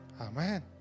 amen